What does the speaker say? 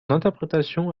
interprétation